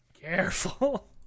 Careful